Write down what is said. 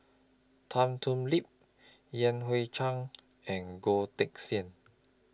Tan Thoon Lip Yan Hui Chang and Goh Teck Sian